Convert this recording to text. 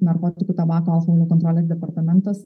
narkotikų tabako alkoholio kontrolės departamentas